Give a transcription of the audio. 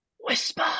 whisper